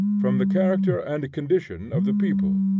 from the character and condition of the people,